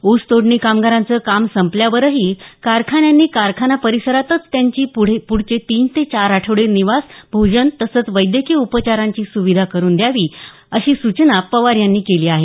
ऊसतोडणी कामगारांचं काम संपल्यावरही कारखान्यांनी कारखाना परिसरातच त्यांची पुढचे तीन ते चार आठवडे निवास भोजन तसंच वैद्यकीय उपचारांची सुविधा करून द्यावी अशी सूचना पवार यांनी केली आहे